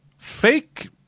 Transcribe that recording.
Fake